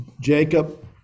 Jacob